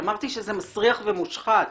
אמרתי שזה מסריח ומושחת.